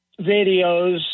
videos